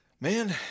Man